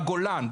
בגולן,